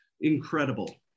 Incredible